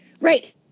Right